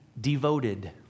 devoted